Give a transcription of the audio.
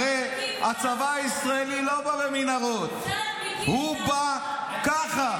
הרי הצבא הישראלי לא בא במנהרות, הוא בא ככה.